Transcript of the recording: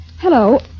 Hello